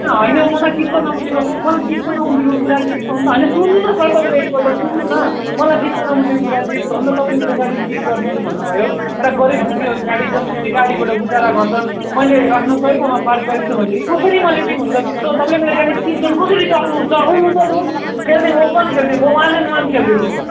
ए होइन मलाई चित्त नबुझेको मलाई चित्त नबुझेको कुरा चाहिँ एक पल्ट होइन सुन्नु न सर एक पल्ट सुन्नु न मलाई चित्त नबुझेको कुरा चाहिँ यस्तो हो नि त तपाईँले मेरो गाडी सिज गरिदिन्छु भन्नु भयो एउटा गरिब दुःखीको गाडी जसले त्यही गाडीबाट गुजारा गर्छ मैले आफ्नो सही ठाउँमा पार्क गरेको छ भनेदेखि कसरी मैले चाहिँ हुन्छ त्यस्तो तपाईँले मेरो गाडी सिज गर्न कसरी सक्नु हुन्छ आउनु त लु खेल्ने ओपन खेल्ने वान एन्ड वान खेल्ने